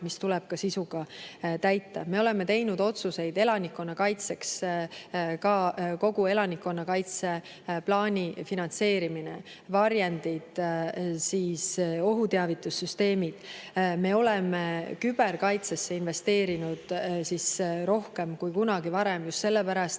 mis tuleb sisuga täita. Me oleme teinud otsuseid elanikkonna kaitseks, ka kogu elanikkonnakaitse plaani finantseerimine, varjendid, ohuteavitussüsteemid. Me oleme küberkaitsesse investeerinud rohkem kui kunagi varem just sellepärast,